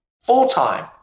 full-time